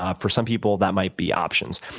ah for some people, that might be options.